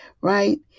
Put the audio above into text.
Right